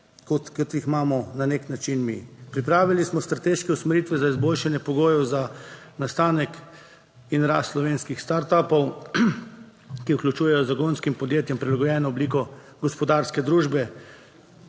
kot jih imamo na nek način mi. Pripravili smo strateške usmeritve za izboljšanje pogojev za nastanek in rast slovenskih startupov, ki vključujejo zagonskim podjetjem prilagojeno obliko gospodarske družbe.